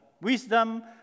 Wisdom